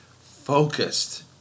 focused